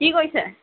কি কৰিছে